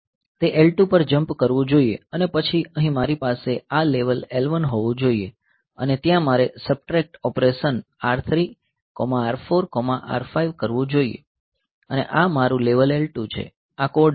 તે L2 પર jump કરવો જોઈએ અને પછી અહીં મારી પાસે આ લેવલ L1 હોવું જોઈએ અને ત્યાં મારે subtract operation R3 R4 R5 કરવું જોઈએ અને આ મારું લેવલ L2 છે આ કોડ છે